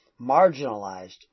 marginalized